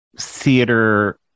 theater